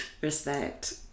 Respect